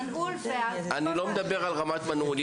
אני לא מדבר על רמת מנעול.